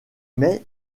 mais